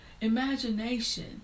Imagination